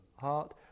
heart